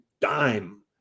dime